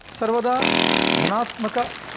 सर्वदा धनात्मक